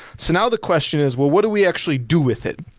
so now, the question is what what do we actually do with it?